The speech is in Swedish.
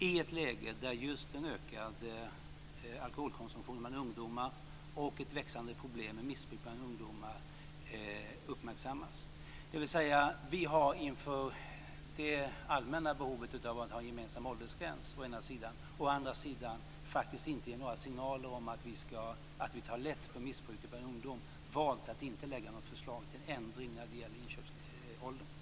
I ett läge då en ökad alkoholkonsumtion bland ungdomar och ett växande problem med missbruk bland ungdomar uppmärksammas - att vi inför det allmänna behovet av att ha en gemensam åldersgräns å ena sidan och att å andra sidan faktiskt inte ge några signaler om att vi tar lätt på missbruket bland ungdomar - har vi valt att inte lägga fram något förslag till en ändring när det gäller inköpsåldern.